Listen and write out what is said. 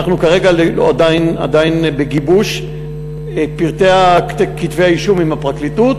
כרגע אנחנו עדיין בגיבוש פרטי כתבי האישום עם הפרקליטות.